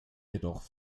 jedoch